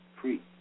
free